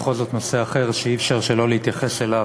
בכל זאת נושא אחר שאי-אפשר שלא אפשר להתייחס אליו.